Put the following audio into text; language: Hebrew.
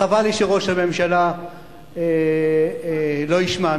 חבל לי שראש הממשלה לא ישמע,